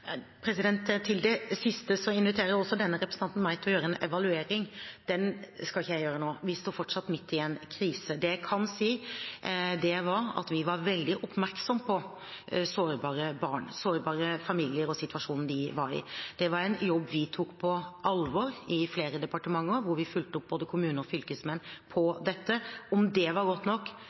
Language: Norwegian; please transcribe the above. det siste: Også denne representanten inviterer meg til å gjøre en evaluering. Den skal jeg ikke gjøre nå. Vi står fortsatt midt i en krise. Det jeg kan si, er at vi var veldig oppmerksom på sårbare barn, sårbare familier og situasjonen de var i. Det var en jobb vi tok på alvor i flere departementer, hvor vi fulgte opp både kommuner og fylkesmenn på dette. Om det var godt nok,